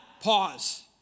pause